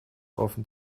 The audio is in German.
offen